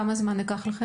כמה זמן ייקח לכם?